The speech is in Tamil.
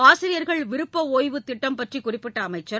ஆசிரியர்கள் விருப்ப ஓய்வுத் திட்டம் பற்றி குறிப்பிட்ட அமைச்சர்